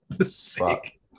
Sick